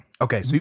Okay